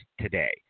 today